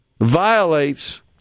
violates